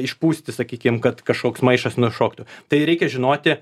išpūsti sakykim kad kažkoks maišas nušoktų tai reikia žinoti